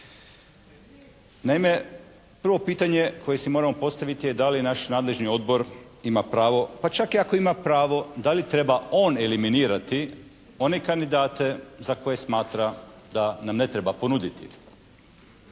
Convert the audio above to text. Naime prvo pitanje koje si moramo postaviti je da li naš nadležni Odbor ima pravo pa čak i ako ima pravo da li treba on eliminirati one kandidate za koje smatra da nam ne treba ponuditi.